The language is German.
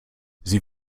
sie